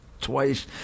twice